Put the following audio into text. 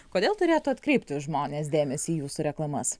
kodėl turėtų atkreipti žmonės dėmesį į jūsų reklamas